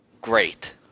great